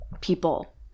people